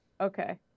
Okay